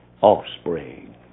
offspring